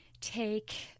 take